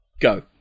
go